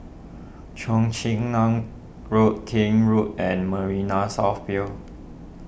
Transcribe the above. Cheong Chin Nam Road Kent Road and Marina South Pier